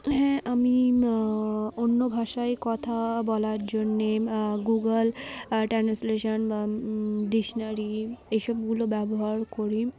হ্যাঁ আমি অন্য ভাষায় কথা বলার জন্যে গুগল ট্রান্সলেশন বা ডিকশনারি এইসবগুলো ব্যবহার করি